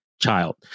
Child